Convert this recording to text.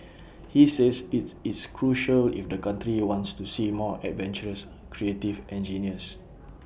he says IT is crucial if the country wants to see more adventurous creative engineers